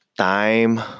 Time